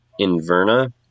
Inverna